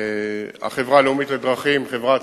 החברה הלאומית לדרכים, חברת